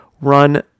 run